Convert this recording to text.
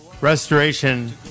restoration